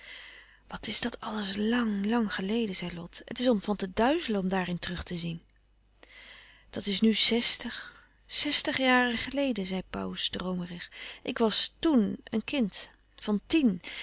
wat is dat alles làng lang geleden zei lot het is om van te duizelen om daarin terug te zien dat is nu zestig zestig jaren geleden zei pauws droomerig ik was toèn een kind van tien